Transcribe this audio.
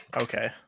okay